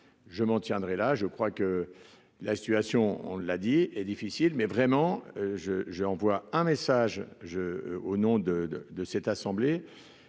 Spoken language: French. je m'en tiendrai là je crois que la situation, on l'a dit et difficile, mais vraiment je j'envoie un message je au nom de de de cette assemblée,